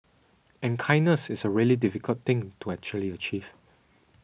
and kindness is a really difficult thing to actually achieve